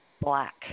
black